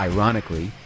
Ironically